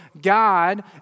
God